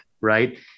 right